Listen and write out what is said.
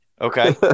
Okay